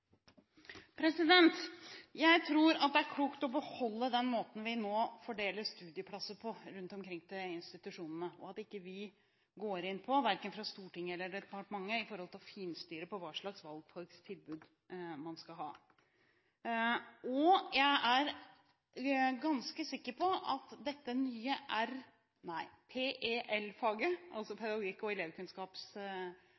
studieplasser. Jeg tror det er klokt å beholde den måten vi nå fordeler studieplasser på rundt omkring til institusjonene, og at vi ikke går inn på – verken fra Stortingets eller departementets side – å finstyre hvilke valgfagstilbud man skal ha. Jeg er også ganske sikker på at dette nye PEL-faget – altså faget